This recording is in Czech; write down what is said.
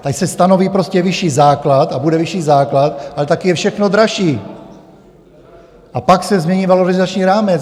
Ať se stanoví prostě vyšší základ a bude vyšší základ, ale také je všechno dražší, a pak se změní valorizační rámec.